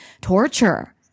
torture